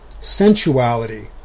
sensuality